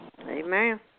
Amen